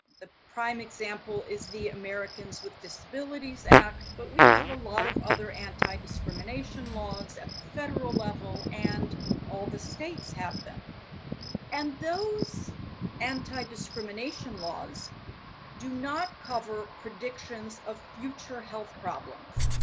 the prime example is the americans with disabilities act, but we have a lot of other anti-discrimination laws at the federal level and all the states have them and those anti-discrimination laws do not cover predictions of future health problems.